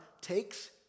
takes